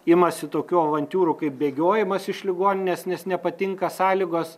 imasi tokių avantiūrų kaip bėgiojimas iš ligoninės nes nepatinka sąlygos